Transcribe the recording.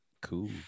cool